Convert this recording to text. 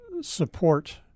support